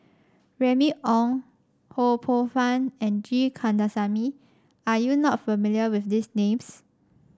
Remy Ong Ho Poh Fun and G Kandasamy are you not familiar with these names